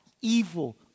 evil